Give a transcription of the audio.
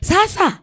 Sasa